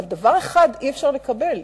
אבל דבר אחד אי-אפשר לקבל,